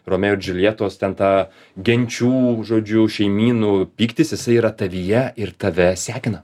romeo ir džuljetos ten ta genčių žodžiu šeimynų pyktis yra tavyje ir tave sekina